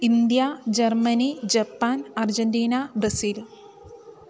India Germany Japan Argentina Brazil